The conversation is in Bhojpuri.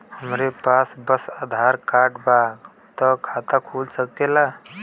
हमरे पास बस आधार कार्ड बा त खाता खुल सकेला?